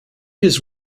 his